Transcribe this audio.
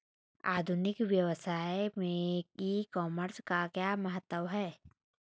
आधुनिक व्यवसाय में ई कॉमर्स का क्या महत्व है?